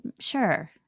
Sure